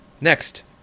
Next